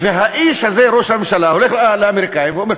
והאיש הזה, ראש הממשלה, הולך לאמריקנים ואומר: